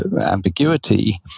ambiguity